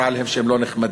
אמרה עליהם שהם לא נחמדים.